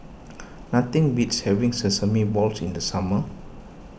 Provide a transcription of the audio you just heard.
nothing beats having Sesame Balls in the summer